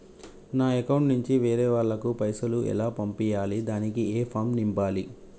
నా అకౌంట్ నుంచి వేరే వాళ్ళకు పైసలు ఎలా పంపియ్యాలి దానికి ఏ ఫామ్ నింపాలి?